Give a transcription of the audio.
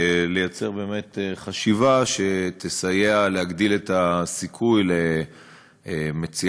לייצר באמת חשיבה שתסייע להגדיל את הסיכוי למציאת,